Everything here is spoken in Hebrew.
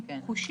חושית?